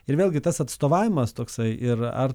ir vėlgi tas atstovavimas toksai ir ar